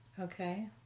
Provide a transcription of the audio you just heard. Okay